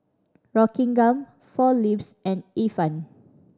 Rockingham Four Leaves and Ifan